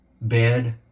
Bed